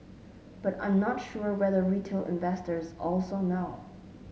but I'm not sure whether retail investors also know